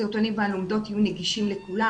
הסרטונים והלומדות יהיה נגישים לכולם.